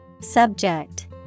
Subject